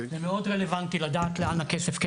זה מאוד רלוונטי לדעת, לאן הכסף כן